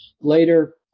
Later